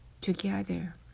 together